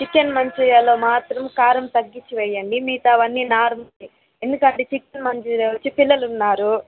chicken మంచూరియాలో మాత్రం కారం తగ్గించి వెయ్యండి మిగతావన్నీ నార్మల్ ఎందుకంటే చికెన్ మంచూరియ వచ్చి పిల్లలు ఉన్నారు